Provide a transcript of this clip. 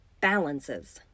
Balances